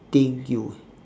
thing you